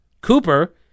Cooper